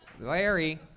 Larry